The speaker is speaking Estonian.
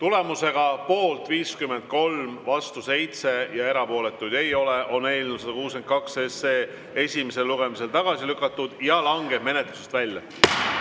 Tulemusega poolt 53, vastu 7 ja erapooletuid ei ole, on eelnõu 162 esimesel lugemisel tagasi lükatud ja langeb menetlusest välja.